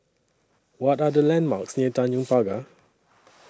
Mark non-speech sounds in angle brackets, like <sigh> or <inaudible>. What Are The landmarks <noise> near Tanjong Pagar